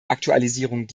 aktualisierung